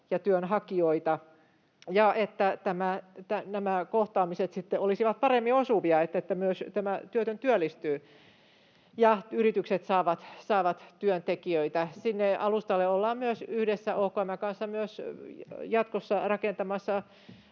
ja työnhakijoita siten, että nämä kohtaamiset olisivat paremmin osuvia ja että tämä työtön myös työllistyy ja yritykset saavat työntekijöitä. Sinne alustalle ollaan yhdessä OKM:n kanssa myös jatkossa rakentamassa